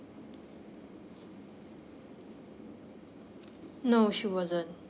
no she wasn't